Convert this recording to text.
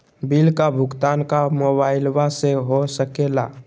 Bill का भुगतान का मोबाइलवा से हो सके ला?